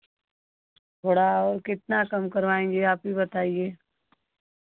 थोड़ा और कितना कम करवाएँगी आप ही बताइए